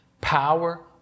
power